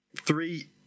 Three